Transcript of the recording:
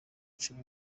cumi